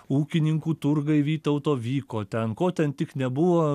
ūkininkų turgai vytauto vyko ten ko ten tik nebuvo